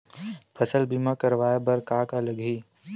फसल बीमा करवाय बर का का लगही?